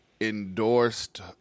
endorsed